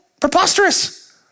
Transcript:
preposterous